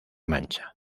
mancha